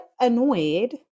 annoyed